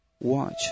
watch